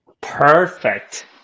Perfect